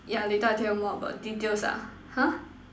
yeah later I tell you more about details ah !huh!